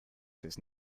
fürs